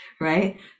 right